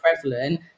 prevalent